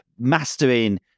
mastering